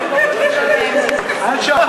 הקואליציה הקודמת, השאירה